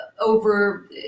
over